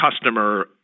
customer